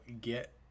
Get